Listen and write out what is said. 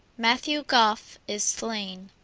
mathew goffe is slain,